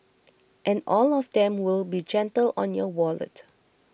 and all of them will be gentle on your wallet